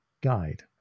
guide